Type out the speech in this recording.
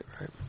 right